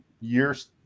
years